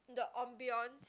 the ambience